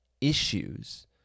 issues